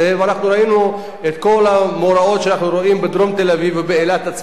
ואנחנו ראינו את כל המאורעות שאנחנו רואים בדרום תל-אביב ובאילת עצמה,